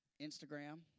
Instagram